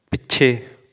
ਪਿੱਛੇ